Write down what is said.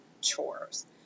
chores